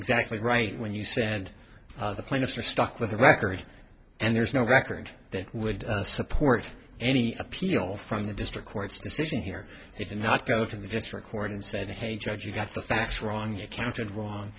exactly right when you said the plaintiffs are stuck with a record and there's no record that would support any appeal from the district court's decision here he did not go to the district court and said hey judge you got the facts wrong you counted wron